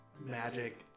Magic